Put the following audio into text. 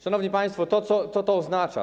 Szanowni państwo, co to oznacza?